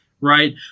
right